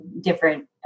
different